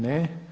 Ne.